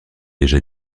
déjà